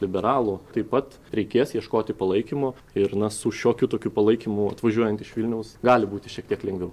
liberalų taip pat reikės ieškoti palaikymo ir na su šiokiu tokiu palaikymu atvažiuojant iš vilniaus gali būti šiek tiek lengviau